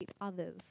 others